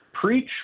preach